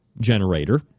generator